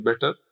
better